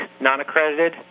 non-accredited